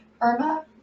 Irma